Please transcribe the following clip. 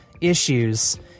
issues